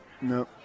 No